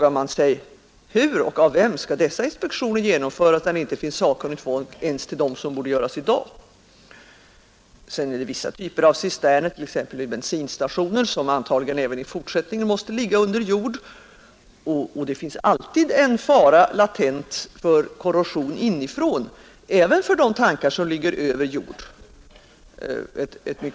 Man frågar sig då hur och av vem dessa inspektioner skall genomföras när det inte finns sakkunnigt folk ens till dem som borde göras i dag. Vissa typer av cisterner, t.ex. vid bensinstationer, måste väl även i fortsättningen ligga under jord. Faran för korrosion inifrån synes alltid latent, även för ovanjordscisterner.